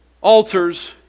altars